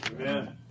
Amen